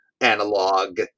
analog